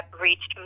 reached